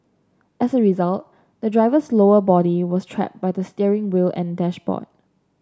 as a result the driver's lower body was trapped by the steering wheel and dashboard